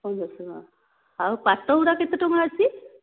ପନ୍ଦରସହ ଟଙ୍କା ଆଉ ପାଟ ଗୁଡ଼ା କେତେ ଟଙ୍କା ଅଛି